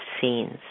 scenes